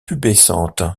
pubescentes